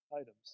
items